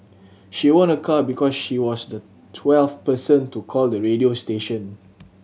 she won a car because she was the twelve person to call the radio station